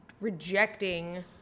rejecting